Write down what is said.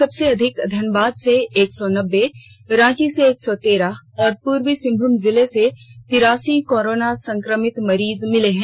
सबसे अधिक धनबाद से एक सौ नब्बे रांची से एक सौ तेरह औरं पूर्वी सिंहभूम जिले से तिरासी कोरोना संकमित मरीज मिले हैं